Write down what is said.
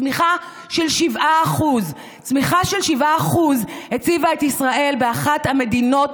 צמיחה של 7%. צמיחה של 7% הציבה את ישראל כאחת